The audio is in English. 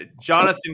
Jonathan